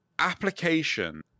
application